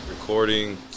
recording